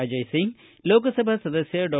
ಅಜಯ್ ಸಿಂಗ್ ಲೋಕಸಭಾ ಸದಸ್ಕ ಡಾ